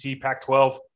pac-12